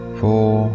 four